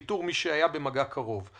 לאיתור מי שהיה במגע קרוב".